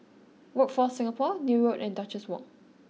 Workforce Singapore Neil Road and Duchess Walk